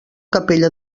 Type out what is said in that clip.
capella